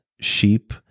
sheep